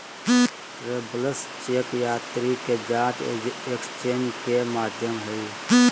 travellers cheque यात्री के जांच एक्सचेंज के माध्यम हइ